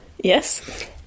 Yes